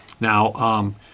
Now